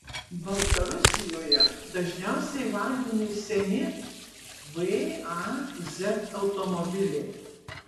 baltarusijoje dažniausiai vagiami seni vaz automobiliai